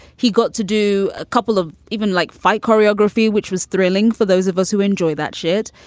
he got to do a couple of even like fight choreography, which was thrilling for those of us who enjoy that shit.